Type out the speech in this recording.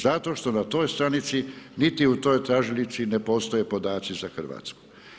Zato što na toj stranici niti u toj tražilici ne postoje podaci za Hrvatsku.